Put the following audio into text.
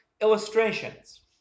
illustrations